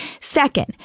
Second